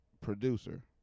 producer